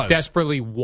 desperately